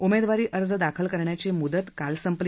उमेदवारी अर्ज दाखल करण्याची मुदत काल संपली